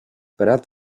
brat